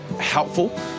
helpful